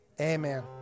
amen